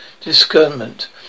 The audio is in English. discernment